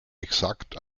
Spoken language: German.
exakt